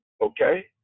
Okay